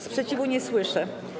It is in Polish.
Sprzeciwu nie słyszę.